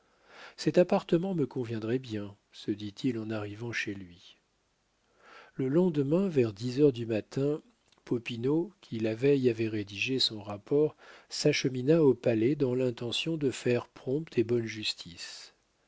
cet appartement me conviendrait bien se dit-il en arrivant chez lui le lendemain vers dix heures du matin popinot qui la veille avait rédigé son rapport s'achemina au palais dans l'intention de faire prompte et bonne justice